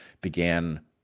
began